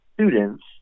students